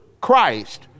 Christ